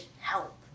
help